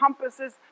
compasses